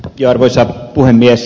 arvoisa puhemies